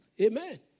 Amen